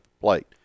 plate